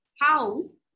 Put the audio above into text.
house